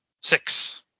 Six